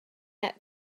let